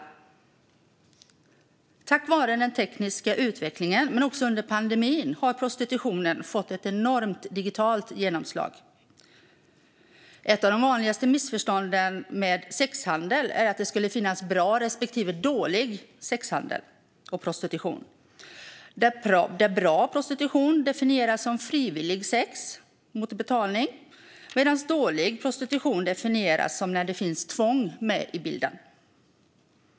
Prostitutionen har på grund av den tekniska utvecklingen, men också på grund av pandemin, fått ett enormt digitalt genomslag. Ett av de vanligaste missförstånden med sexhandel är att det skulle finnas bra respektive dålig sexhandel och prostitution, där bra prostitution definieras som frivillig sex mot betalning medan dålig prostitution definieras som att det finns tvång med i bilden.